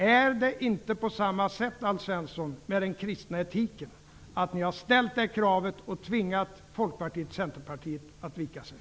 Är det inte på samma sätt, Alf Svensson, att ni när det gäller den kristna etiken har ställt det här kravet och tvingat Folkpartiet och Centerpartiet att vika sig?